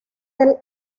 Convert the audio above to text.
del